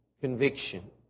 conviction